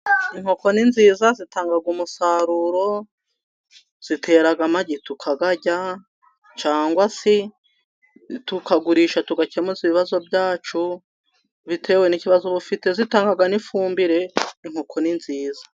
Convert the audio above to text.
Inkoko ni nziza zazitanga umusaruro, zitera amagi tukayarya, cyangwa se tukagurisha tugakemuza ibibazo byacu, bitewe n'ikibazo uba ufite, zitanga n'ifumbire, inkoko ni nziza.